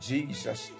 Jesus